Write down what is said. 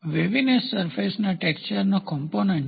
waviness સરફેસના ટેક્સચરનો component છે